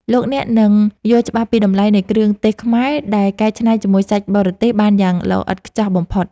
លោកអ្នកនឹងយល់ច្បាស់ពីតម្លៃនៃគ្រឿងទេសខ្មែរដែលកែច្នៃជាមួយសាច់បរទេសបានយ៉ាងល្អឥតខ្ចោះបំផុត។